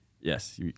Yes